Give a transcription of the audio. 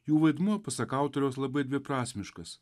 jų vaidmuo pasak autoriaus labai dviprasmiškas